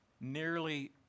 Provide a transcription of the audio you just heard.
nearly